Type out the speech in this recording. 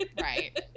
Right